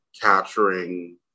capturing